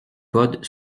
code